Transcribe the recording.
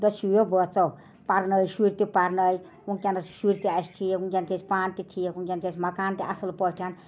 دشوٕیو بٲژو پرنے شُرۍ تہِ پرنٲے وُکٮ۪نس چھِ شُرۍ تہِ اَسہِ ٹھیٖک وٕنکٮ۪ن چھِ أسۍ پانہٕ تہِ ٹھیٖک وٕنکٮ۪ن چھِ اَسہِ مکان تہِ اصٕل پٲٹھۍ